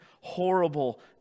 horrible